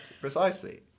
precisely